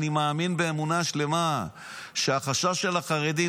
אני מאמין באמונה שלמה שהחשש של החרדים,